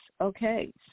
Okay